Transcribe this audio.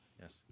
Yes